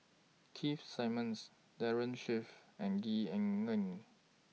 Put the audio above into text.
Keith Simmons Daren Shiau and Gwee Ah Leng